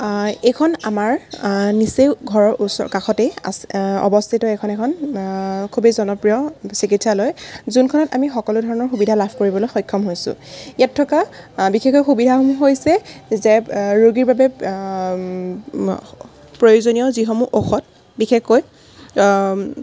এইখন আমাৰ নিচেই ঘৰৰ ওচ কাষতে আছে অৱস্থিত এখন এখন খুবেই জনপ্ৰিয় চিকিৎসালয় যোনখনত আমি সকলো ধৰণৰ সুবিধা লাভ কৰিবলৈ সক্ষম হৈছোঁ ইয়াত থকা বিশেষ সুবিধাসমূহ হৈছে যে ৰোগীৰ বাবে প্ৰয়োজনীয় যিসমূহ ঔষধ বিশেষকৈ